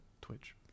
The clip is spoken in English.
twitch